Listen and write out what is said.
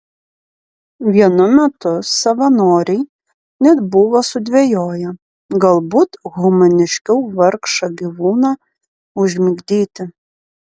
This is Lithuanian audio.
vienu metu savanoriai net buvo sudvejoję galbūt humaniškiau vargšą gyvūną užmigdyti